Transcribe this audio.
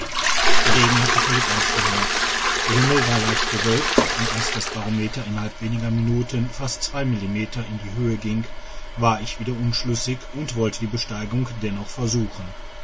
der regen hatte völlig aufgehört der himmel war leicht bewölkt und als das barometer innerhalb weniger minuten fast zwei millimeter in die höhe ging war ich wieder unschlüssig und wollte die besteigung dennoch versuchen